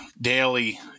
daily